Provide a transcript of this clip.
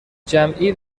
جمعی